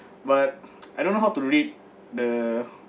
but I don't know how to read the